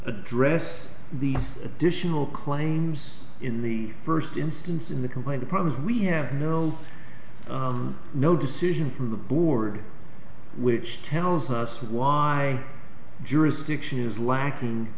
address the additional claims in the first instance in the complaint or problems we have no no decision from the board which tells us why jurisdiction is lacking